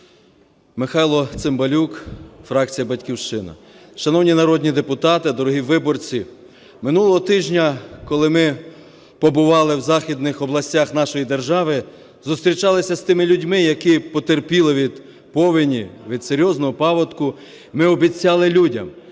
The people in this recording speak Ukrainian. Михайло Цимбалюк, фракція "Батьківщина". Шановні народні депутати, дорогі виборці! Минулого тижня, коли ми побували в західних областях нашої держави, зустрічалися з тими людьми, які потерпіли від повені, від серйозного паводку, ми обіцяли людям,